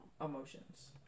Emotions